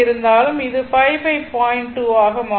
2 ஆக மாறும்